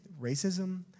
racism